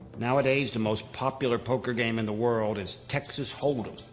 nowadays the most popular poker game in the world is texas hold'em.